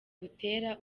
butera